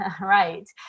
right